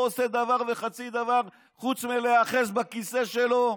לא עושה דבר וחצי דבר חוץ מלהיאחז בכיסא שלו,